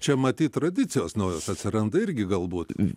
čia matyt tradicijos naujos atsiranda irgi galbūt